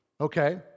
Okay